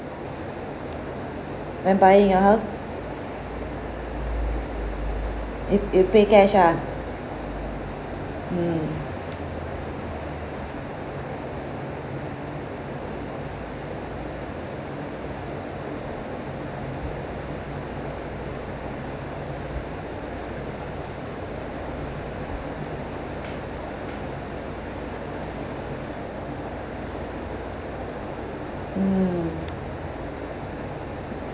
went buying your house you you paid cash ah mm mm